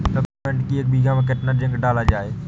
Peppermint की एक बीघा कितना जिंक डाला जाए?